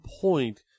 point